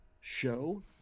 show